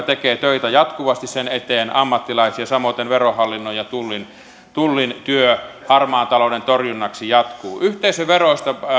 tekee töitä jatkuvasti sen eteen samoiten verohallinnon ja tullin tullin työ harmaan talouden torjunnaksi jatkuu yhteisöveroista